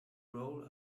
roll